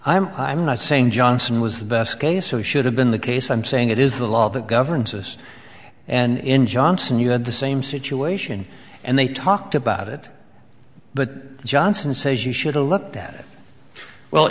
i'm not saying johnson was the best case he should have been the case i'm saying it is the law that governs us and in johnson you had the same situation and they talked about it but johnson says you should a look at well